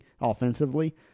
offensively